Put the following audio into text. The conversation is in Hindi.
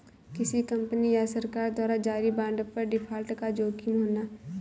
किसी कंपनी या सरकार द्वारा जारी बांड पर डिफ़ॉल्ट का जोखिम होना